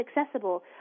accessible